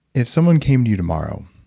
if someone came to you tomorrow,